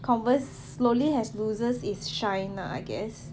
converse slowly has loses its shine lah I guess it does